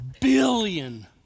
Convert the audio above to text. billion